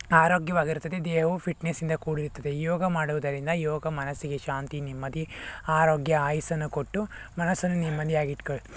ಆರೋಗ್ಯವಾಗಿರುತ್ತದೆ ದೇಹವು ಫಿಟ್ನೆಸ್ಸಿಂದ ಕೂಡಿರುತ್ತದೆ ಯೋಗ ಮಾಡುವುದರಿಂದ ಯೋಗ ಮನಸ್ಸಿಗೆ ಶಾಂತಿ ನೆಮ್ಮದಿ ಆರೋಗ್ಯ ಆಯಸ್ಸನ್ನು ಕೊಟ್ಟು ಮನಸ್ಸನ್ನು ನೆಮ್ಮದಿಯಾಗಿ ಇಟ್ಕ್